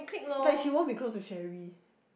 is like she won't be close to Sherry